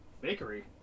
bakery